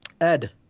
Ed